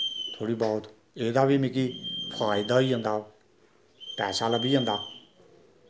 थोह्ड़ी बहुत एह्दा बी मिकी फायदा होई जंदा पैसा लब्भी जंदा